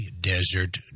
Desert